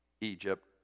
Egypt